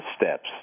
steps